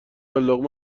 لقمه